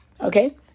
okay